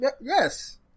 yes